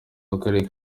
w’akarere